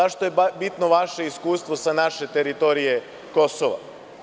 Zašto je bitno vaše iskustvo sa naše teritorije Kosova?